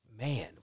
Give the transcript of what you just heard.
man